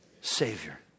Savior